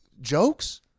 jokes